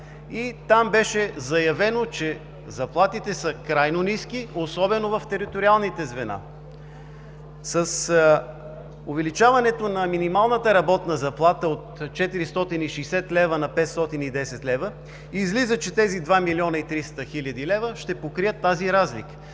и там беше заявено, че заплатите са крайно ниски, особено в териториалните звена. С увеличаването на минималната работна заплата от 460 на 510 лв. излиза, че тези 2 млн. 300 хил. лв. ще покрият разликата.